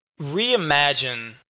reimagine